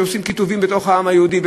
שעושים קיטובים בתוך העם היהודי,